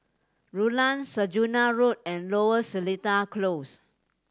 Rulang Saujana Road and Lower Seletar Close